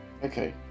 Okay